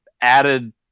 added